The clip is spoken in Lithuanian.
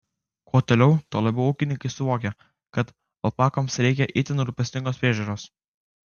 kuo toliau tuo labiau ūkininkai suvokia kad alpakoms reikia itin rūpestingos priežiūros